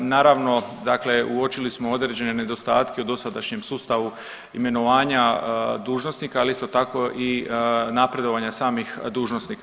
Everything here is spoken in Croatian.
Naravno, dakle uočili smo određene nedostatke u dosadašnjem sustavu imenovanja dužnosnika, ali isto tako i napredovanja samih dužnosnika.